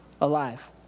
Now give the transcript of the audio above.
alive